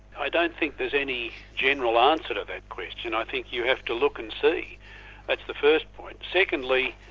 i don't think there's any general answer to that question. i think you have to look and see. that's the first point. secondly,